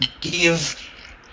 give